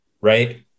right